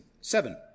Seven